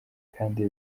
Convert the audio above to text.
kandi